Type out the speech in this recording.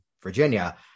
Virginia